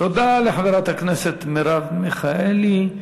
תודה לחברת הכנסת מרב מיכאלי.